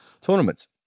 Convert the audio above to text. tournaments